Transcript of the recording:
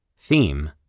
Theme